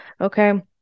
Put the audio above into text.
okay